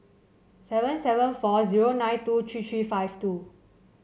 seven seven four zero nine two three three five two